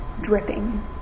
dripping